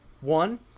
One